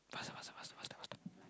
faster faster faster faster faster